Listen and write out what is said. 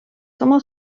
sama